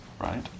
Right